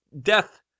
death